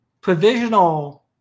provisional